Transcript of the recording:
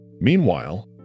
Meanwhile